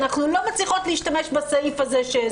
אנחנו לא מצליחות להשתמש בסעיף הזה,